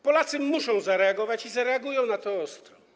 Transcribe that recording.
Polacy muszą zareagować i zareagują na to ostro.